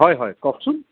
হয় হয় কওঁকচোন